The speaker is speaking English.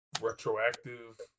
retroactive